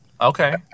Okay